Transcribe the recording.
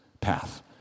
path